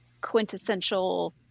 quintessential